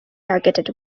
targeted